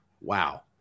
wow